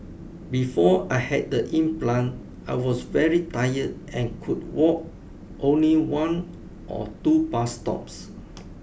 before I had the implant I was very tired and could walk only one or two bus stops